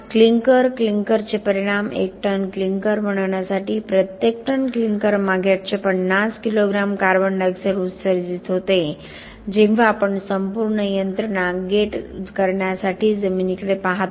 clinker क्लिंकरचे परिणाम 1 ton clinker बनवण्यासाठी प्रत्येक टन क्लिंकरमागे 850 किलोग्राम कार्बन डायॉक्साइड उत्सर्जित होते जेव्हा आपण संपूर्ण यंत्रणा गेट करण्यासाठी जमिनीकडे पाहतो